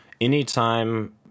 Anytime